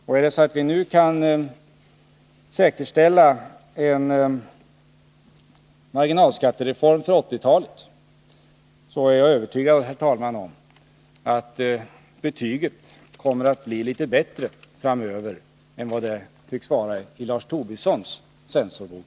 Om vi nu kan säkerställa en marginalskattereform för 1980-talet, så är jag övertygad om, herr talman, att betyget framöver kommer att bli litet bättre än vad det just nu tycks vara i Lars Tobissons censorbok.